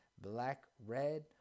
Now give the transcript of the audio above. black-red